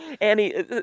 Annie